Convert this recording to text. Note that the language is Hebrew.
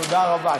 תודה רבה.